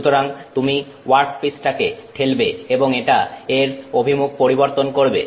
সুতরাং তুমি ওয়ার্কপিসটাকে ঠেলবে এবং এটা এর অভিমুখ পরিবর্তন করবে